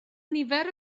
nifer